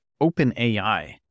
OpenAI